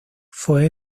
fue